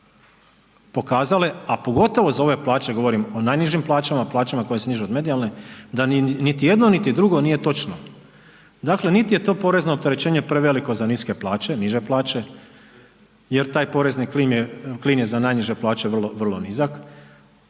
pokazale a pogotovo za ove plaće govorim o najnižim plaćama, plaćama koje su niže od medijalne da niti jedno niti drugo nije točno. Dakle niti je to porezno opterećenje preveliko za niske plaće, niže plaće, jer taj porezni klin je za najniže plaće vrlo nizak